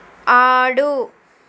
ఆడు